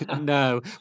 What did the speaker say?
No